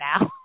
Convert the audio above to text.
now